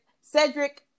Cedric